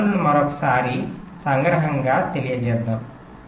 అడ్డంకులను మరోసారి సంగ్రహంగా తెలియజేద్దాం